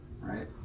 right